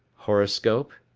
horoscope?